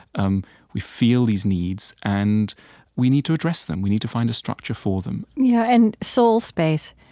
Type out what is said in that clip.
um we feel these needs, and we need to address them. we need to find a structure for them yeah and soul space.